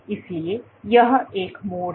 इसलिए यह एक मोड़ है